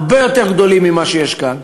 הרבה יותר גדולים ממה שיש כאן,